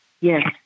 Yes